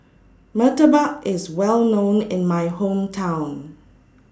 Murtabak IS Well known in My Hometown